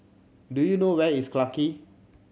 do you know where is Collyer Quay